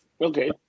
Okay